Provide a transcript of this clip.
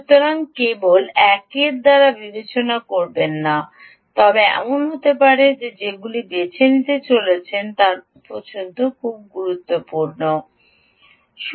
সুতরাং কেবল একের দ্বারা বিবেচনা করবেন না তবে এমন সময় হতে পারে যেগুলি বেছে নিতে আপনি বেছে নিতে পারেন সুতরাং উপাদানটির পছন্দ হিসাবে এটি এর গুরুত্বপূর্ণ দিক